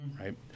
right